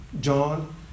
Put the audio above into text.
John